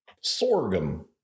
Sorghum